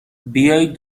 بیایید